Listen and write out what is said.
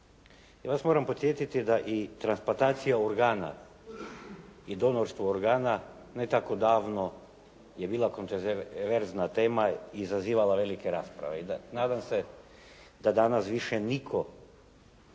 Ja vas moram podsjetiti da i transplantacija organa i donorstvo organa ne tako davno je bila kontroverzna tema i izazivala velike rasprave i da nadam se da danas više nitko